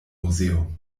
museum